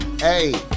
Hey